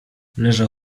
leżał